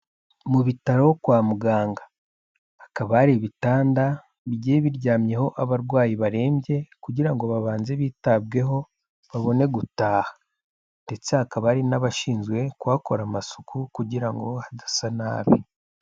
Mu bitaro kwa muganga, hakaba hari ibitanda bigiye biryamyeho abarwayi barembye, kugira ngo babanze bitabweho babone gutaha ndetse hakaba hari n'abashinzwe kuhakora amasuku kugira ngo hadasa nabi.